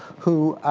who